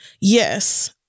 Yes